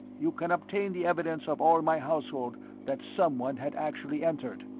you can obtain the evidence of all my household that someone had actually entered,